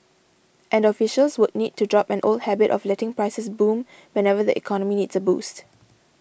and officials would need to drop an old habit of letting prices boom whenever the economy needs a boost